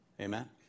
Amen